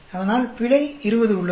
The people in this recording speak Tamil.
அதனால் பிழை 20 உள்ளது